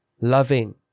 loving